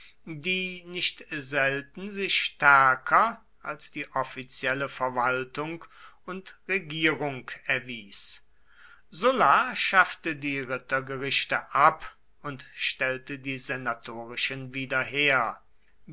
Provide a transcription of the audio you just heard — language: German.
die nicht selten sich stärker als die offizielle verwaltung und regierung erwies sulla schaffte die rittergerichte ab und stellte die senatorischen wieder her